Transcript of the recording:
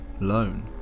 alone